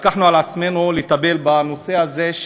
לקחנו על עצמנו לטפל בנושא הזה,